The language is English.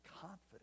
confidence